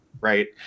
Right